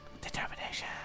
Determination